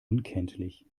unkenntlich